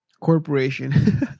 Corporation